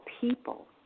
people